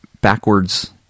backwards